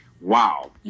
wow